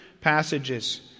passages